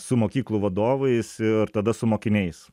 su mokyklų vadovais ir tada su mokiniais